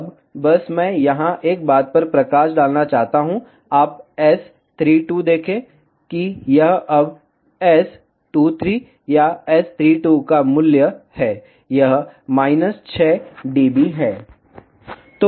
अब बस मैं यहां एक बात पर प्रकाश डालना चाहता हूं आप S32 देखें कि यह अब S23 या S32 का मूल्य है यह 6 dB है